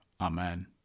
Amen